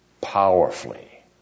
powerfully